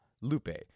Lupe